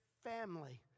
family